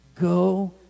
Go